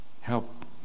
help